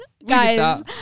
guys